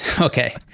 Okay